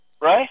Right